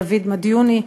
דוד מדיוני,